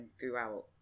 throughout